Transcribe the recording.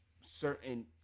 certain